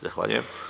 Zahvaljujem.